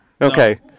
Okay